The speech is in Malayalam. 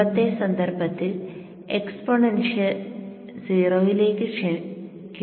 മുമ്പത്തെ സന്ദർഭത്തിൽ എക്സ്പോണൻഷ്യൽ 0 ലേക്ക് ക്ഷയിക്കുന്നു